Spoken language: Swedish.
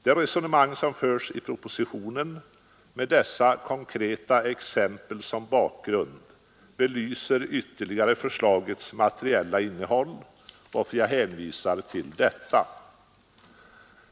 Det resonemang som förs i propositionen, med dessa konkreta exempel som bakgrund, belyser ytterligare förslagets materiella innehåll, varför jag hänvisar till detta.